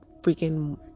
freaking